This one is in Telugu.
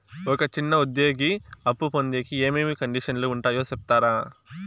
ఒక చిన్న ఉద్యోగి అప్పు పొందేకి ఏమేమి కండిషన్లు ఉంటాయో సెప్తారా?